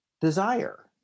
desire